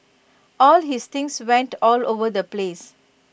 all his things went all over the place